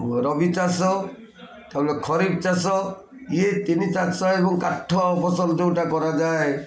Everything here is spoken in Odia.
ରବି ଚାଷ ତାପରେ ଖରିପ୍ ଚାଷ ଇଏ ତିନି ଚାଷ ଏବଂ କାଠ ଫସଲ ଯେଉଁଟା କରାଯାଏ